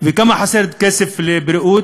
וכמה כסף חסר לבריאות?